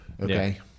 Okay